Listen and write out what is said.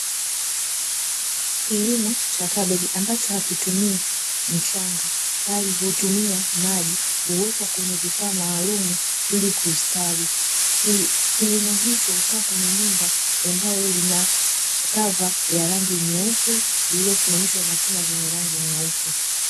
kilimo cha kabichi ambacho hakitumii mchanga bali hutumia maji, huwekwa kwenye vifaa maalum ili kustawi, kilimo hicho hukaa kwenye nyumba ambayo ina kava ya rangi nyeupe, lililosimamishwa na chuma zenye rangi nyeupe.